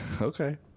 Okay